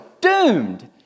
doomed